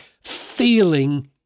feeling